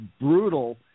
brutal